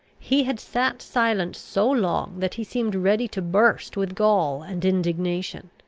he had sat silent so long that he seemed ready to burst with gall and indignation.